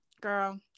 Girl